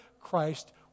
Christ